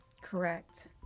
Correct